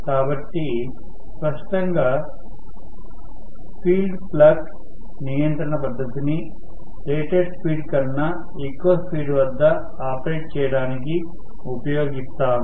కాబట్టి స్పష్టంగా field flux నియంత్రణ పద్ధతిని రేటెడ్ స్పీడ్ కన్నా ఎక్కువ స్పీడ్ వద్ద ఆపరేట్ చేయడానికి ఉపయోగిస్తాము